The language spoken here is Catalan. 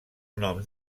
noms